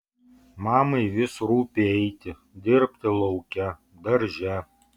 mamai vis rūpi eiti dirbti lauke darže